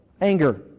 Anger